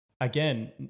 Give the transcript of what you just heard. again